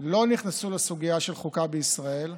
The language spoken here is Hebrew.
לא נכנסו לסוגיה של חוקה בישראל.